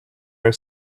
are